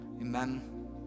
Amen